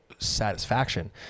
satisfaction